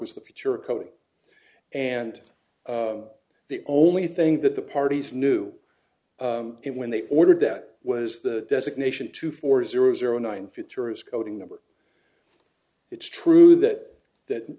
was the future of coding and the only thing that the parties knew it when they ordered that was the designation two four zero zero nine future is coding number it's true that that